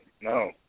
No